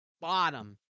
bottom